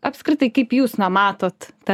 apskritai kaip jūs na matot tą